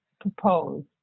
propose